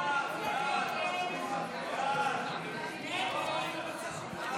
ההצעה להעביר לוועדה את הצעת חוק-יסוד: הממשלה (תיקון,